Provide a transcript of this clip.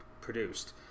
produced